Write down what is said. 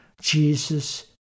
jesus